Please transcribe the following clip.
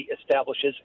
establishes